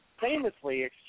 famously